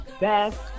best